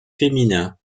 féminin